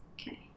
Okay